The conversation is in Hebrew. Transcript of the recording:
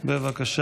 נכבדה,